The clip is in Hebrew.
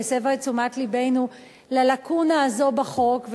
שהסבה את תשומת לבנו ללקונה הזאת בחוק,